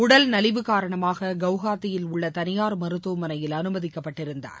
உடல்நலிவு காரணமாக கவுஹாத்தியில் உள்ள தனியார் மருத்துவமனையில் அனுமதிக்கப்பட்டிருந்தார்